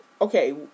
okay